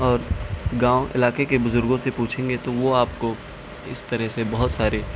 اور گاؤں علاقے کے بزرگوں سے پوچھیں گے تو وہ آپ کو اس طرح سے بہت سارے